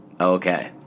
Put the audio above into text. Okay